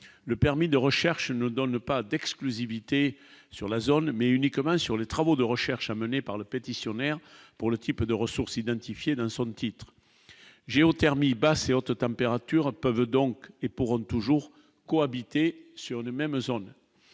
le permis de recherche ne donne pas d'exclusivité sur la zone, mais uniquement sur les travaux de recherche menées par le pétitionnaire pour le type de ressources identifiées d'dans titre géothermie basse et au total, opéra Turin peuvent donc et pour toujours cohabiter sur une même zone